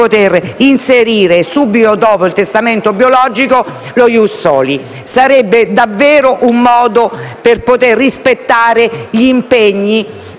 inserire subito dopo il testamento biologico lo *ius soli*. Sarebbe davvero un modo per poter rispettare gli impegni